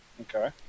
Okay